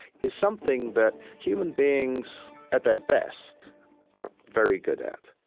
is something that human beings at their best are very good at